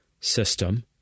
system